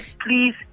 Please